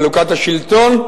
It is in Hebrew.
חלוקת השלטון,